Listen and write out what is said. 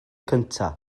cyntaf